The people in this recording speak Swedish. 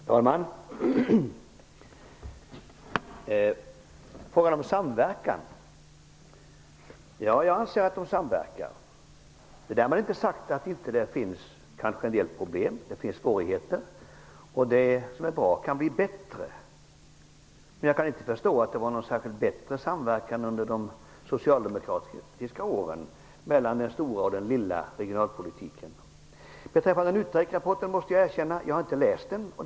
Herr talman! Först till frågan om samverkan. Ja, jag anser att det finns en samverkan -- men därmed inte sagt att det inte kan finnas problem eller svårigheter. Dessutom kan det som är bra bli bättre. Jag kan emellertid inte förstå att samverkan mellan den stora och den lilla regionalpolitiken var särskilt mycket bättre under de socialdemokratiska åren. Sedan måste jag erkänna att jag inte har läst NUTEK-rapporten.